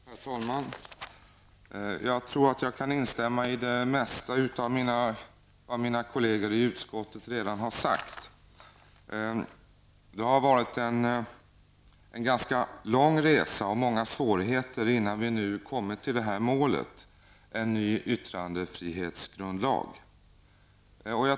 Herr talman! Jag tror att jag kan instämma i det mesta som mina kolleger i konstitutionsutskottet redan har sagt. Det har varit en ganska lång resa och många svårigheter, innan vi nu kommit fram till målet, en ny yttrandefrihetsgrundlag.